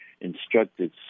instructed